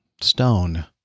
Stone